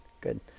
good